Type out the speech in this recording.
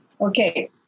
Okay